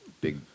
big